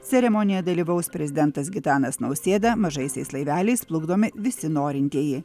ceremonijoj dalyvaus prezidentas gitanas nausėda mažaisiais laiveliais plukdomi visi norintieji